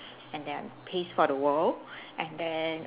and then peace for the world and then